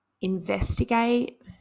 investigate